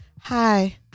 hi